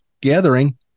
gathering